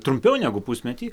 trumpiau negu pusmetį